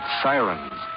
sirens